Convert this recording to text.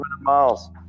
miles